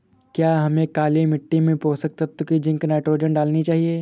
क्या हमें काली मिट्टी में पोषक तत्व की जिंक नाइट्रोजन डालनी चाहिए?